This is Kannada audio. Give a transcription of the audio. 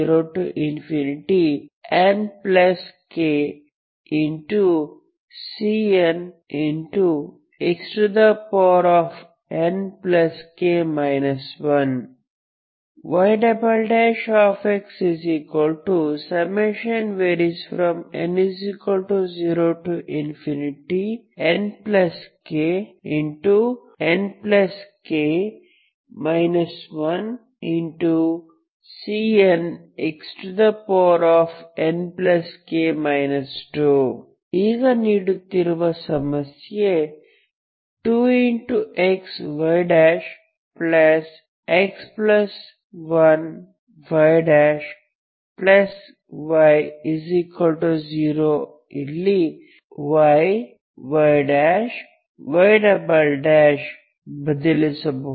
nk 1Cnxnk 2 ಈಗ ನೀಡಿರುವ ಸಮಸ್ಯೆ 2xyx1yy0 ಯಲ್ಲಿ y y' y" ಬದಲಿಸುವುದು